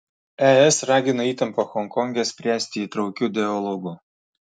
es ragina įtampą honkonge spręsti įtraukiu dialogu